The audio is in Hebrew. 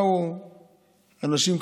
באו אנשים,